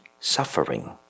suffering